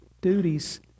duties